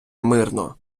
мирно